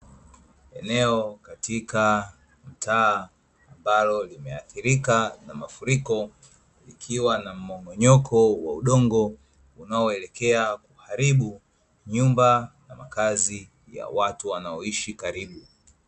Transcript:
Eneo katika mtaa ambao umeathirika na mafuriko, likiwa na mmomonyoko wa udongo unaoelekea kuharibu nyumba na makazi ya watu wanaoishi karibu.